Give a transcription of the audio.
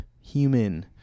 human